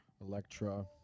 Electra